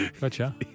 Gotcha